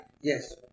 Yes